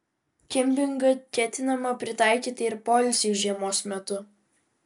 kempingą ketinama pritaikyti ir poilsiui žiemos metu